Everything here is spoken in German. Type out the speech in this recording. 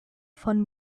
von